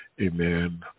amen